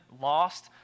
lost